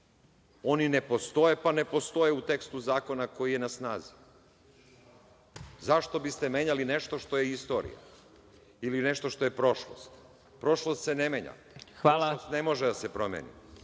Oni ne postoje, pa ne postoje u tekstu zakona koji je na snazi. Zašto biste menjali nešto što je istorija ili nešto što je prošlost? Prošlost se ne menja. Prošlost ne može da se promeni.